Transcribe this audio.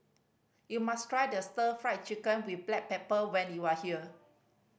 you must try the Stir Fry Chicken with black pepper when you are here